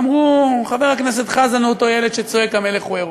אמרו: חבר הכנסת חזן הוא אותו ילד שצועק "המלך הוא עירום".